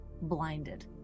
blinded